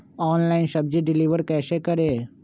Online सब्जी deliver कैसे करें?